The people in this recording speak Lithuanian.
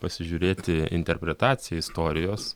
pasižiūrėti interpretaciją istorijos